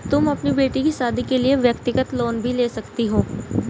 तुम अपनी बेटी की शादी के लिए व्यक्तिगत लोन भी ले सकती हो